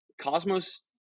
Cosmos